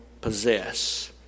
possess